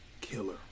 killer